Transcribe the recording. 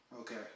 Okay